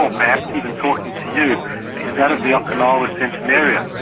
so perhaps even talking to you, is that of the okinawa centenarians,